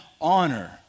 honor